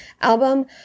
album